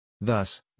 Thus